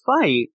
fight